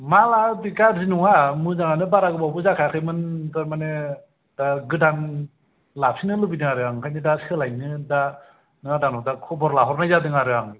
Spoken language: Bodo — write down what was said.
मालआ गाज्रि नङा मोजाङानो बारा गोबावबो जाखायाखैमोन थारमाने गोदान लाफिननो लुबैदों आरो आं ओंखायनो दा सोलायनो दा नों आदानाव दा खबर लाहरनाय जादों आरो आं